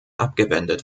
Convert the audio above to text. abgewendet